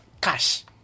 cash